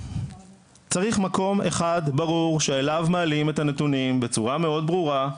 צריך מקום אחד ברור שאליו מעלים את הנתונים בצורה מאוד ברורה.